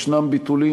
יש ביטולים,